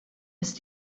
ist